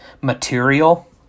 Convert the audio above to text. material